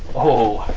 oh